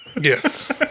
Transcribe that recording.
Yes